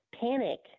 Panic